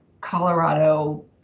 Colorado